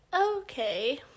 okay